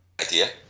idea